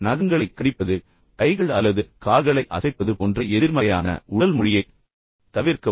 நகங்களைக் கடிப்பது கைகள் அல்லது கால்களை அசைப்பது போன்ற எதிர்மறையான உடல் மொழியைத் தவிர்க்கவும்